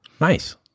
Nice